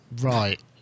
right